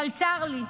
אבל צר לי,